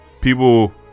people